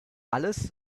alles